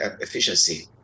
efficiency